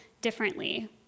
differently